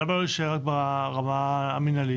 למה לא להישאר רק ברמה המנהלית?